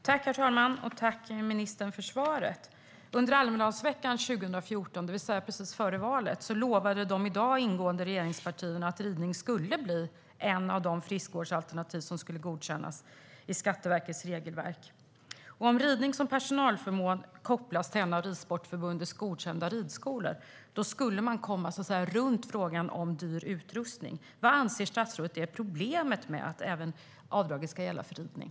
Herr talman! Tack, ministern, för svaret! Under Almedalsveckan 2014, det vill säga precis före valet, lovade de partier som i dag ingår i regeringen att ridning skulle bli ett av de friskvårdsalternativ som skulle godkännas i Skatteverkets regelverk. Om ridning som personalförmån kopplas till en av Svenska Ridsportförbundets godkända ridskolor skulle man komma runt frågan om dyr utrustning. Vad anser statsrådet är problemet med att avdraget ska gälla även för ridning?